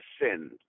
sin